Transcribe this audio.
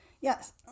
yes